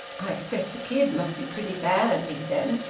i expect the kid must be pretty bad, he said.